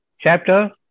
chapter